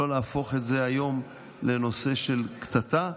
לא להפוך את זה היום לנושא של קטטה.